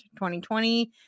2020